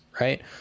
right